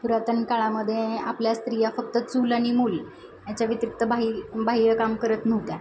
पुरातन काळामध्ये आपल्या स्त्रिया फक्त चूल आणि मूल याच्याव्यिरिक्त बाही बाह्य काम करत नव्हत्या